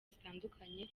zitandukanye